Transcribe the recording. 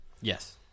Yes